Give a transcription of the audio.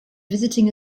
visiting